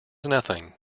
nothing